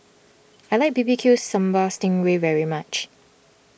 I like B B Q Sambal Sting Ray very much